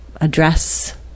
address